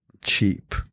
cheap